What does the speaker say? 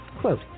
Quote